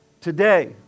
Today